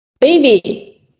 baby